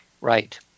Right